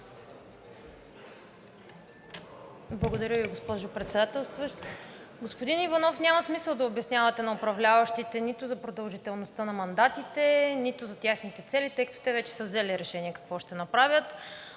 Благодаря Ви, госпожо Председателстващ. Господин Иванов, няма смисъл да обяснявате на управляващите нито за продължителността на мандатите, нито за техните цели, тъй като те вече са взели решение какво ще направят.